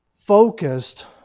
focused